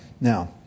Now